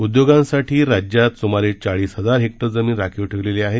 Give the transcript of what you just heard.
उद्योगांसाठी राज्यात सुमारे चाळीस हजार हेक्टर जमीन राखीव ठेवलेली आहे